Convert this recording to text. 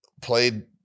played